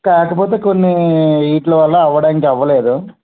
కాకపోతే కొన్ని వీట్లవల్ల అవ్వడానికి అవ్వలేదు